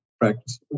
practice